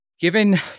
Given